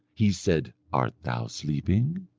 he said art thou sleeping?